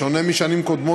בשונה משנים קודמות,